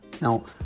Now